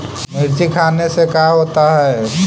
मिर्ची खाने से का होता है?